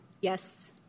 Yes